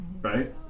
right